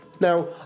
now